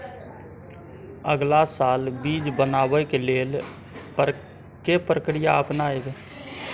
अगला साल बीज बनाबै के लेल के प्रक्रिया अपनाबय?